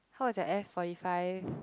how was the F forty five